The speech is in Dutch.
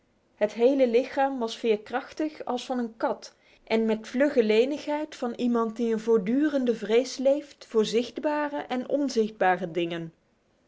het hele lichaam was veerkrachtig als van een kat en met de vlugge lenigheid van iemand die in voortdurende vrees leeft voor zichtbare en onzichtbare dingen